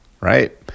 right